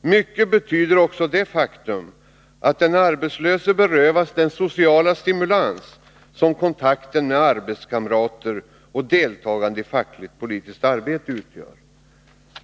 Mycket betyder det faktum att den arbetslöse berövas den sociala stimulans som kontakten med arbetskamrater och deltagande i fackligt-politiskt arbete utgör.